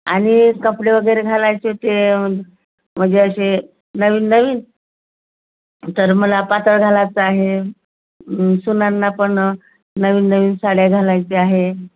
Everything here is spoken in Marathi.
आणि कपडे वगैरे घालायचे होते म्ह म्हणजे असे नवीन नवीन तर मला पातळ घालायचं आहे सुनांना पण नवीन नवीन साड्या घालायच्या आहे